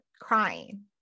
crying